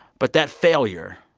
but that failure,